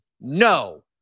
no